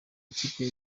ikipe